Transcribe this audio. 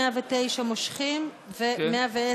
109 מושכים ו-110,